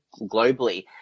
globally